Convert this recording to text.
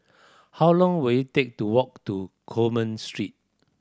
how long will it take to walk to Coleman Street